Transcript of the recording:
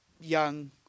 young